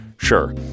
Sure